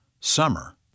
summer